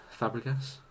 Fabregas